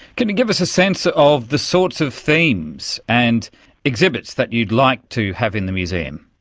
can you give us a sense of the sorts of themes and exhibits that you'd like to have in the museum?